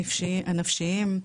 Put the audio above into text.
הנפשיים,